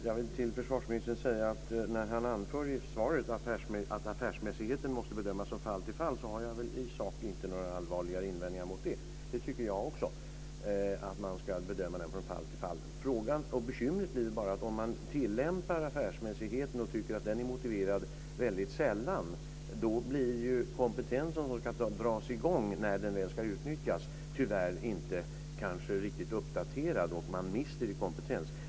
Fru talman! När försvarsministern i svaret anför att affärsmässigheten måste bedömas från fall till fall har jag i sak inte några allvarligare invändningar. Jag tycker också att man ska bedöma den från fall till fall. Bekymret är bara att om man tillämpar affärsmässigheten och tycker att den är motiverad väldigt sällan blir ju den kompetens som ska dras i gång när den väl ska utnyttjas tyvärr kanske inte riktigt uppdaterad. Man mister alltså i kompetens.